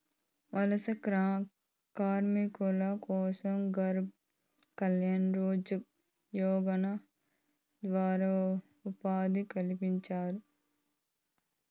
వలస కార్మికుల కోసం గరీబ్ కళ్యాణ్ రోజ్గార్ యోజన ద్వారా ఉపాధి కల్పించినారు